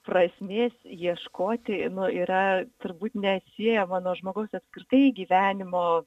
prasmės ieškoti nu yra turbūt neatsiejama nuo žmogaus apskritai gyvenimo